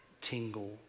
tingle